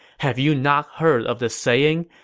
have you not heard of the saying,